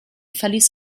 verließ